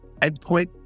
endpoint